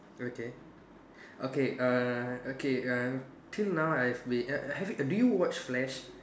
okay okay err okay err till now I have been uh have you do you watch flash